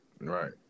Right